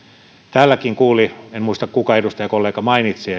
täälläkin kuuli en muista kuka edustajakollega mainitsi